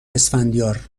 اسفندیار